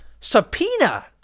subpoena